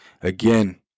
again